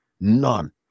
None